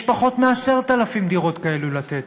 יש פחות מ-10,000 דירות כאלה לתת.